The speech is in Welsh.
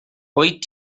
wyt